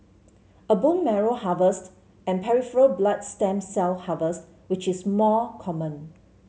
a bone marrow harvest and peripheral blood stem cell harvest which is more common